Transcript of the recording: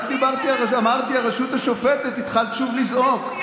רק אמרתי "הרשות השופטת", התחלת שוב לזעוק.